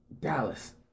Dallas